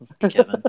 Kevin